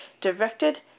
directed